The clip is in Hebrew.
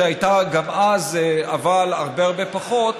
שהייתה גם אז אבל הרבה הרבה פחות,